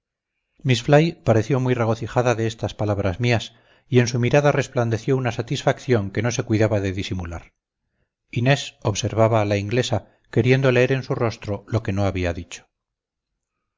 fly pareció muy regocijada de estas palabras mías y en su mirada resplandeció una satisfacción que no se cuidaba de disimular inés observaba a la inglesa queriendo leer en su rostro lo que no había dicho